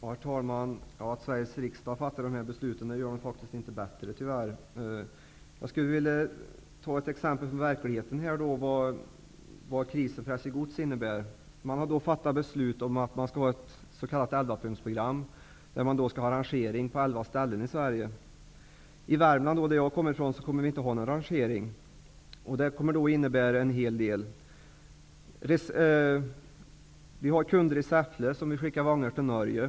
Herr talman! Att Sveriges riksdag har fattat dessa beslut gör dem tyvärr inte bättre. Jag vill ta ett exempel från verkligheten på vad krisen innebär för SJ Gods. Man har fattat beslut om ett s.k. elvapunktsprogram, dvs. att rangering skall ske på elva ställen i Sverige. I Värmland, som jag kommer ifrån, kommer det inte att ske någon rangering. Det kommer att innebära en hel del. Vi har kunder i Säffle som vill skicka vagnar till Norge.